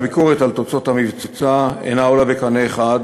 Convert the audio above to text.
הביקורת על תוצאות המבצע אינה עולה בקנה אחד